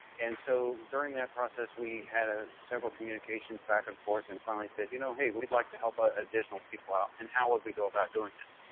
and so during that process, we had ah several communications back and forth, and finally said, you know hey, we'd like to help ah additional people out and how would we go about doing this?